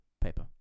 paper